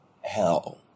hell